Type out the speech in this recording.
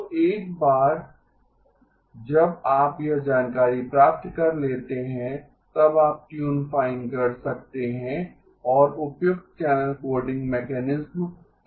तो एक बार जब आप यह जानकारी प्राप्त कर लेते हैं तब आप ट्यून फाइन कर सकते हैं और उपयुक्त चैनल कोडिंग मैकेनिज्म चुन सकते हैं